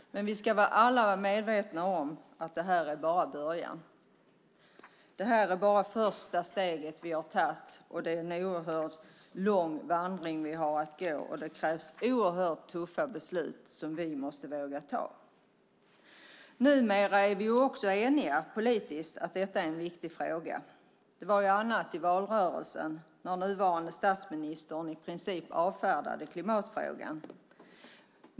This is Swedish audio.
Men vi ska alla vara medvetna att detta är bara början. Det är första steget vi har tagit, och vi har en oerhört lång vandring att göra. Det krävs oerhört tuffa beslut som vi måste våga ta. Numera är vi politiskt eniga om att detta är en viktig fråga. Det var annat i valrörelsen, där nuvarande statsministern i princip avfärdade klimatfrågan.